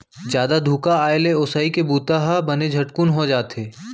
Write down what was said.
जादा धुका आए ले ओसई के बूता ह बने झटकुन हो जाथे